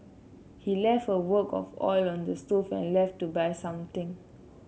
he left a wok of oil on the stove and left to buy something